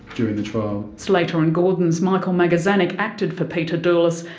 during the trial. slater and gordon's michael magazanik acted for peter doulis,